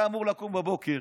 אתה אמור לקום בבוקר,